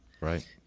right